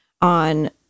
on